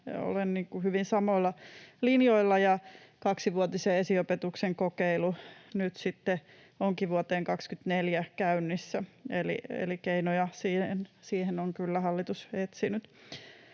olen hyvin samoilla linjoilla, ja kaksivuotisen esiopetuksen kokeilu nyt sitten onkin vuoteen 24 asti käynnissä, eli keinoja siihen on kyllä hallitus etsinyt.